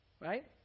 Right